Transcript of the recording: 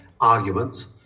arguments